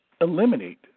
Eliminate